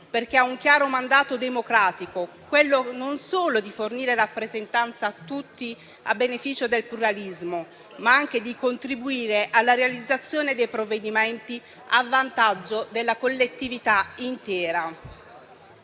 perché ha un chiaro mandato democratico, ossia quello non solo di fornire rappresentanza a tutti a beneficio del pluralismo, ma anche di contribuire alla realizzazione dei provvedimenti a vantaggio della collettività intera.